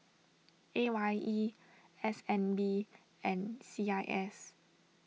A Y E S N B and C I S